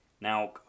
Now